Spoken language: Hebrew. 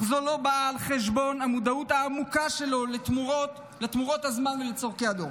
אך זו לא בא על חשבון המודעות העמוקה שלו לתמורות הזמן ולצורכי הדור.